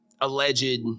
alleged